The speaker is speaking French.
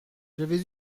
j’avais